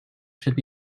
should